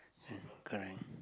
uh correct